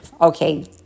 okay